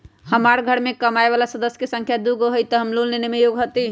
हमार घर मैं कमाए वाला सदस्य की संख्या दुगो हाई त हम लोन लेने में योग्य हती?